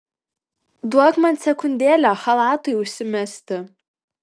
duok man sekundėlę chalatui užsimesti